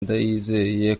ndayizeye